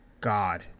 god